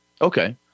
Okay